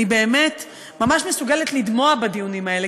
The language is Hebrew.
אני באמת ממש מסוגלת לדמוע בדיונים האלה,